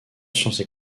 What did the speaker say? sciences